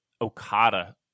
Okada